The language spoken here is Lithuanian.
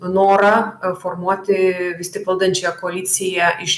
norą formuoti vis tik valdančią koaliciją iš